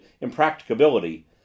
impracticability